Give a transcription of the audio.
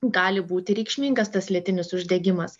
gali būti reikšmingas tas lėtinis uždegimas